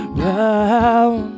round